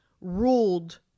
ruled